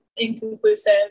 inconclusive